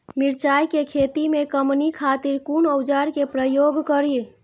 मिरचाई के खेती में कमनी खातिर कुन औजार के प्रयोग करी?